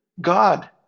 God